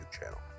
channel